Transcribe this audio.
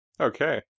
Okay